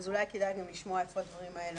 אולי כדאי לשמוע איפה הדברים הללו